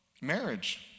marriage